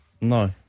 No